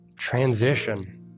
transition